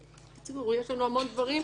בקיצור, יש לנו המון דברים.